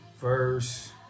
verse